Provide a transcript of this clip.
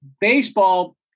baseball